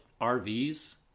RVs